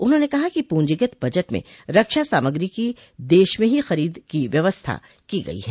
उन्होंने कहा कि पूंजीगत बजट में रक्षा सामग्री की देश में ही खरीद की व्यवस्था की गई है